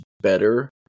better